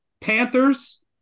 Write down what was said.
Panthers